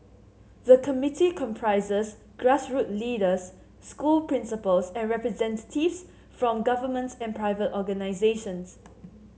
the committee comprises grassroot leaders school principals and representatives from government and private organisations